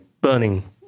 burning